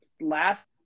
last